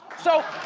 so,